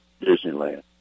Disneyland